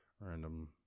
random